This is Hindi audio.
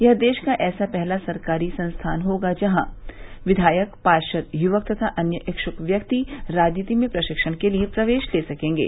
यह देश का ऐसा पहला सरकारी संस्थान होगा जहां विवायक पार्षद युवक तथा अन्य इच्छुक व्यक्ति राजनीति में प्रशिक्षण के लिए प्रवेश ले सकेंगे